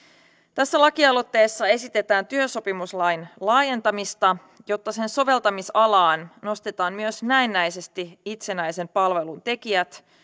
tässä lakialoitteessa esitetään työsopimuslain laajentamista jotta sen soveltamisalaan nostetaan myös näennäisesti itsenäisen palvelun tekijät